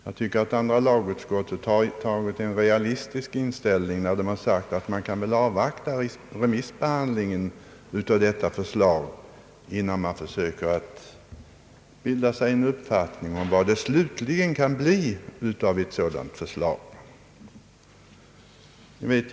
Jag tycker att andra lagutskottet har intagit en realistisk ståndpunkt när det föreslås att man skall avvakta remissbehandlingen innan man försöker bilda sig en slutlig uppfattning om förslaget.